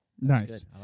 Nice